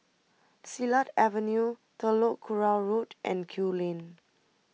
Silat Avenue Telok Kurau Road and Kew Lane